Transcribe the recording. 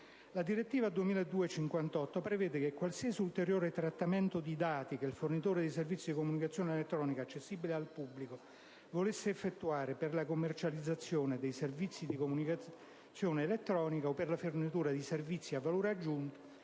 La direttiva, inoltre, prevede che «Qualsiasi ulteriore trattamento di dati che il fornitore dei servizi di comunicazione elettronica accessibili al pubblico volesse effettuare per la commercializzazione dei servizi di comunicazione elettronica o per la fornitura di servizi a valore aggiunto